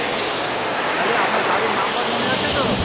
ও আচ্ছা আচ্ছা তাহলে আপনার গাড়ির নম্বর মনে আছে তো